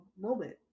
moment